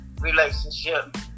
relationship